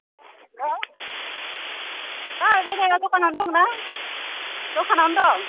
hello ऐ बायद' दखानावनो दंना दखानावनो दं